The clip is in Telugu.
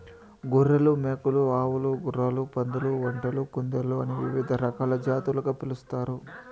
గొర్రెలు, మేకలు, ఆవులు, గుర్రాలు, పందులు, ఒంటెలు, కుందేళ్ళు అని వివిధ రకాల జాతులుగా పిలుస్తున్నారు